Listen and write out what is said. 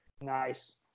Nice